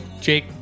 jake